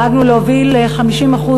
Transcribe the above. דאגנו להוביל 50%,